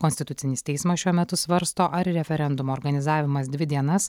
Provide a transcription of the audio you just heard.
konstitucinis teismas šiuo metu svarsto ar referendumo organizavimas dvi dienas